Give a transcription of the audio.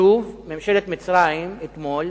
שוב: ממשלת מצרים, אתמול,